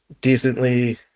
decently